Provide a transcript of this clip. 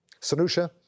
Sanusha